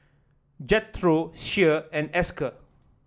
Jethro Shea and Esker